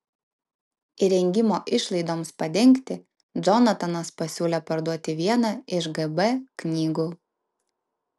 įrengimo išlaidoms padengti džonatanas pasiūlė parduoti vieną iš gb knygų